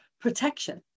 protection